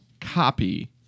copy